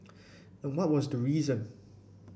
and what was the reason